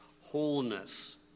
wholeness